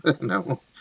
No